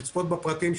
לצפות בפרטים,